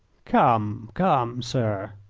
come, come, sir,